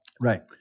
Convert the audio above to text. Right